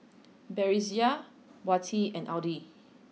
Batrisya Wati and Adi